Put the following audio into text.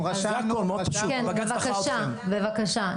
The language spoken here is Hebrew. כן, בבקשה.